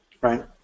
right